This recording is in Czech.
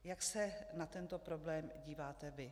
Jak se na tento problém díváte vy?